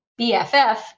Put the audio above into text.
BFF